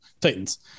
Titans